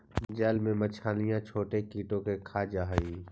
जल में मछलियां छोटे कीटों को खा जा हई